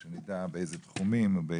וכדי שנדע באיזה תחומים.